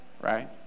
right